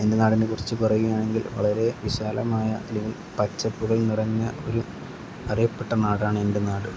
എൻ്റെ നാടിനെക്കുറിച്ച് പറയുകയാണെങ്കിൽ വളരെ വിശാലമായ അല്ലെങ്കില് പച്ചപ്പുകൾ നിറഞ്ഞ ഒരു അറിയപ്പെട്ട നാടാണ് എൻ്റെ നാട്